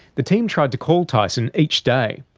the team tried to call tyson each day,